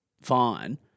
fine –